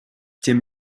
тем